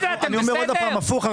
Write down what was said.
אתם בסדר?